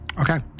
Okay